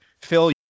phil